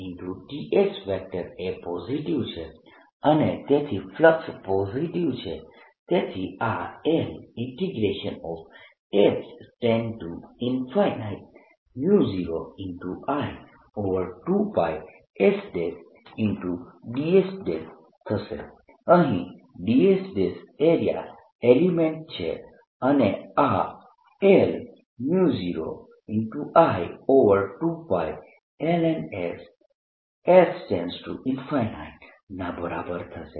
ds એ positive છે અને તેથી ફ્લક્સ પોઝિટીવ છે તેથી આ ls0I2πsds થશે અહીં ds એરિયા એલિમેન્ટ છે અને આ l0I2πlns|s ના બરાબર થશે જે l0I2πln s ના બરાબર થશે